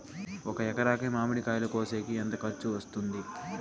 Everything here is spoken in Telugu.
ఒక ఎకరాకి మామిడి కాయలు కోసేకి ఎంత ఖర్చు వస్తుంది?